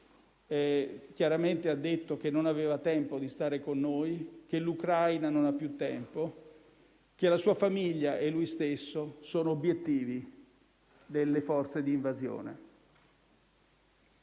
chiaramente ha detto che non aveva tempo di stare con noi, che l'Ucraina non ha più tempo e che egli stesso e la sua famiglia sono obiettivi delle forze di invasione.